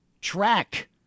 track